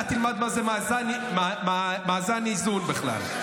אתה תלמד מה זה מאזן-איזון בכלל,